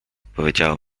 powiedziało